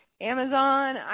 Amazon